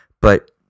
but-